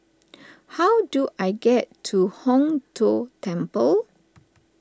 how do I get to Hong Tho Temple